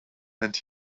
and